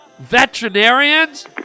veterinarians